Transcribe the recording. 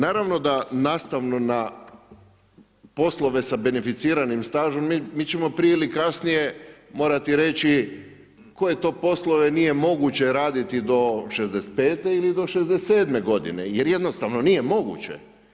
Naravno da nastavno na poslove sa beneficiranim stažom mi ćemo prije ili kasnije morati reći koje to poslove nije moguće raditi do 65 ili do 67 godine, jer jednostavno nije moguće.